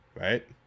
right